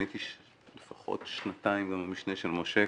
הייתי לפחות שנתיים גם המשנה של משה,